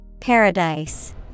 Paradise